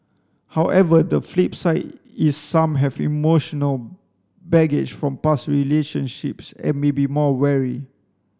however the flip side is some have emotional baggage from past relationships and may be more wary